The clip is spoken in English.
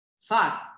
fuck